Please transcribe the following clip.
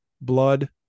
blood